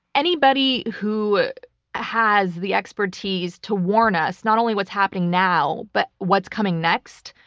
anybody who has the expertise to warn us not only what's happening now, but what's coming next,